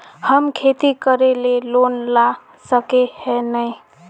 हम खेती करे ले लोन ला सके है नय?